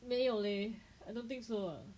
没有 leh I don't think so